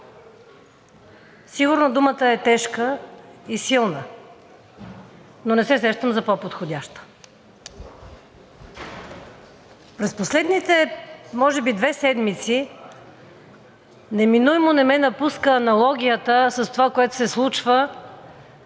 Сигурно думата е тежка и силна, но не се сещам за по-подходяща. През последните може би две седмици неминуемо не ме напуска аналогията с това, което се случва